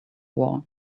war